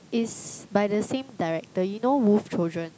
is by the same director you know wolf-children